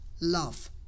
love